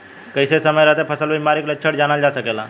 कइसे समय रहते फसल में बिमारी के लक्षण जानल जा सकेला?